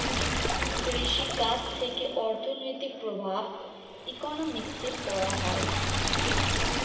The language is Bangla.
কৃষি কাজ থেকে অর্থনৈতিক প্রভাব ইকোনমিক্সে পড়া হয়